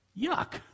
yuck